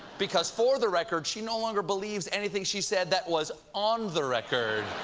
because for the record, she no longer believes anything she said that was on the record.